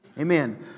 Amen